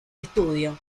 estudio